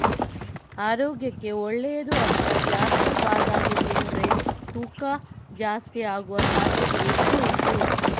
ಆರೋಗ್ಯಕ್ಕೆ ಒಳ್ಳೇದು ಅಂತ ಜಾಸ್ತಿ ಬಾದಾಮಿ ತಿಂದ್ರೆ ತೂಕ ಜಾಸ್ತಿ ಆಗುವ ಸಾಧ್ಯತೆ ಹೆಚ್ಚು ಉಂಟು